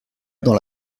dans